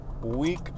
week